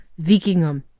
Vikingum